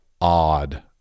odd